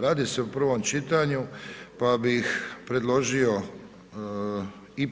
Radi se o prvom čitanju pa bih predložio i